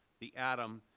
the atom,